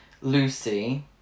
Lucy